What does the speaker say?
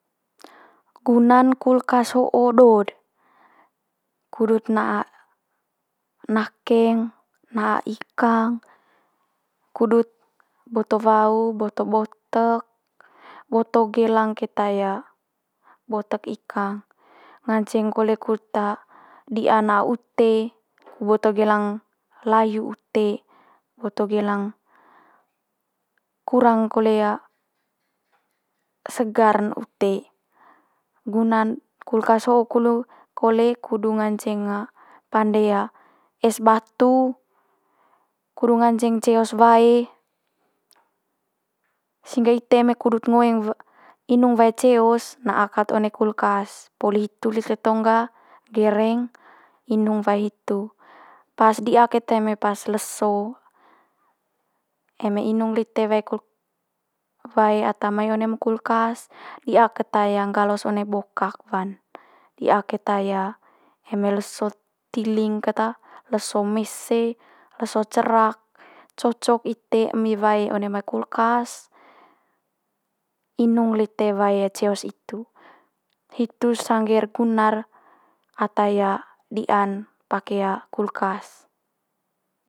Guna'n kulkas ho'o do'd, kudut na'a nakeng, na'a ikang kudut boto wau boto botek, boto gelang keta botek ikang. Nganceng kole kut di'a na ute boto gelang layu ute, boto gelang kurang kole segar ne ute. Guna'n kulkas ho'o kole kudu nganceng pande es batu kudu nganceng ceos wae, sehingga ite eme kudut ngoeng inung wae ceos na'a kat one kulkas. Poli hitu lite tong ga gereng inung wae hitu, pas di'a keta eme pas leso eme inung lite wae wae ata mai one mai kulkas, di'a keta nggalos one bokak wan. Di'a keta eme leso tiling keta, leso mese, leso cerak cocok ite emi wae one mai kulkas inung lite wae ceos hitu. Hitu sangge'r guna'r ata di'an pake kulkas.